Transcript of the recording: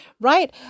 right